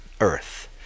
earth